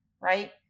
right